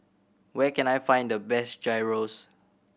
where can I find the best Gyros